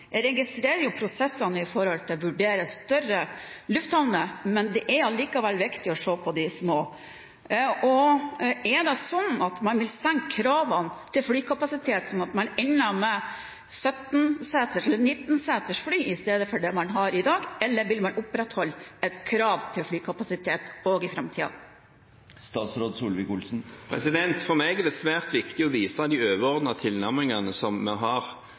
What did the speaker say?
Jeg registrerer jo prosessene med hensyn til å vurdere større lufthavner, men det er likevel viktig å se på de små. Er det sånn at man vil senke kravene til flykapasitet så man ender med 17–19-seters fly i stedet for det man har i dag, eller vil man opprettholde et krav til flykapasitet også i framtiden? For meg er det svært viktig å vise de overordnede tilnærmingene som vi har.